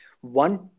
One